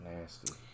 Nasty